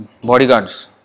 bodyguards